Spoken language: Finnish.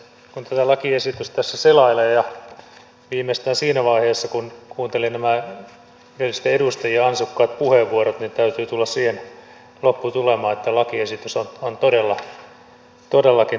kun tätä lakiesitystä tässä selailee ja viimeistään siinä vaiheessa kun kuunteli nämä edellisten edustajien ansiokkaat puheenvuorot täytyy tulla siihen lopputulemaan että lakiesitys on todellakin tarpeellinen